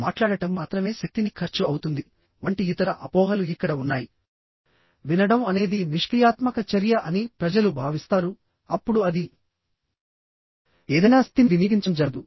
మాట్లాడటం మాత్రమే శక్తిని ఖర్చు అవుతుంది వంటి ఇతర అపోహలు ఇక్కడ ఉన్నాయివినడం అనేది నిష్క్రియాత్మక చర్య అని ప్రజలు భావిస్తారుఅప్పుడు అది ఏదైనా శక్తిని వినియోగించడం జరగదు